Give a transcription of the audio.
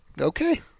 Okay